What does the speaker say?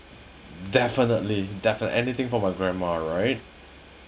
definitely definitely anything for my grandma right